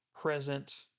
present